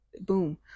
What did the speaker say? boom